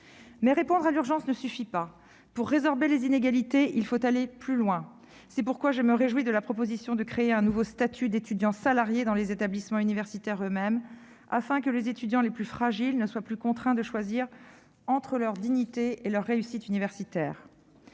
Mais répondre à l'urgence ne suffit pas. Pour résorber les inégalités, il faut aller plus loin ! C'est pourquoi je me réjouis de la proposition de créer un nouveau statut d'étudiant salarié dans les établissements universitaires eux-mêmes, afin que les étudiants les plus fragiles ne soient plus contraints de choisir entre leur dignité et leur réussite universitaire.